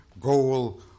goal